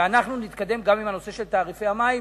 ואנחנו נתקדם גם בנושא של תעריפי המים,